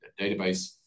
database